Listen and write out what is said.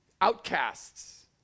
Outcasts